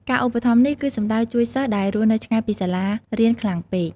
ការឧបត្ថម្ភនេះគឺសំដៅជួយសិស្សដែលរស់នៅឆ្ងាយពីសាលារៀនខ្លាំងពេក។